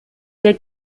que